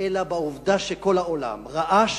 אלא בעובדה שכל העולם רעש